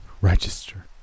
register